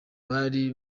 bari